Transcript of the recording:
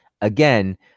again